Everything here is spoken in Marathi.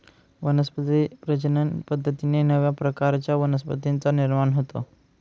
वनस्पती प्रजनन पद्धतीने नव्या प्रकारच्या वनस्पतींचा निर्माण होतो